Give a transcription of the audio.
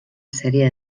sèrie